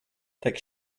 take